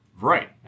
Right